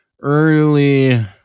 early